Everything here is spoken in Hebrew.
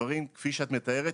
הדברים כפי שאת מציינת,